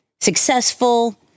successful